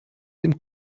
dem